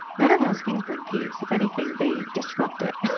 none of those things bring peace. if anything, they disrupt it.